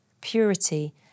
purity